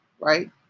right